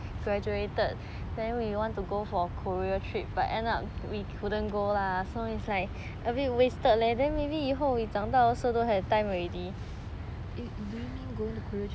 do you mean going to korea trip